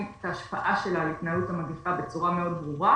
את ההשפעה שלו על התנהלות המגפה בצורה מאוד ברורה